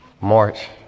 March